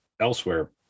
elsewhere